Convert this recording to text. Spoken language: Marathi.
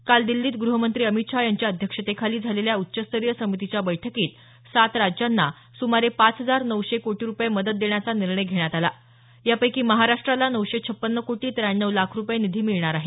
काल दिल्लीत ग्रहमंत्री अमित शहा यांच्या अध्यक्षतेखाली झालेल्या उच्चस्तरीय समितीच्या बैठकीत सात राज्यांना सुमारे पाच हजार नऊशे कोटी रुपये मदत देण्याचा निर्णय घेण्यात आला यापैकी महाराष्ट्राला नऊशे छपन्न कोटी त्र्याण्णव लाख रुपये निधी मिळणार आहे